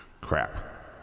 Crap